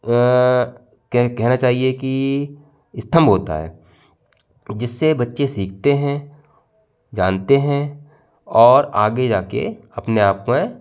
अ कहना चाहिए कि स्तंभ होता है जिससे बच्चे सीखते हैं जानते हैं और आगे जाकर अपने आप में